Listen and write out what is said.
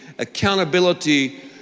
Accountability